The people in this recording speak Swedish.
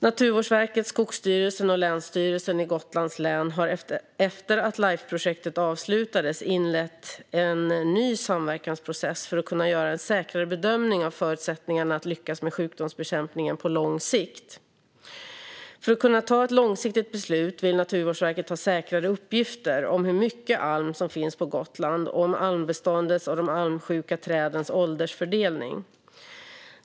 Naturvårdsverket, Skogsstyrelsen och Länsstyrelsen i Gotlands län har efter att Lifeprojektet avslutades inlett en ny samverkansprocess för att kunna göra en säkrare bedömning av förutsättningarna att lyckas med sjukdomsbekämpningen på lång sikt. För att kunna fatta ett långsiktigt beslut vill Naturvårdsverket ha säkrare uppgifter om hur mycket alm som finns på Gotland och om almbeståndets och de almsjuka trädens åldersfördelning.